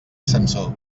sansor